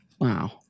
Wow